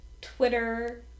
Twitter